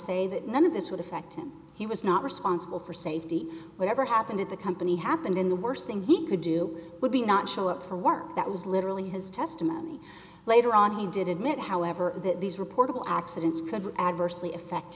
say that none of this would affect him he was not responsible for safety whatever happened at the company happened in the worst thing he could do would be not show up for work that was literally his testimony later on he did admit however that these reportable accidents could adversely affect